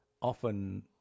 often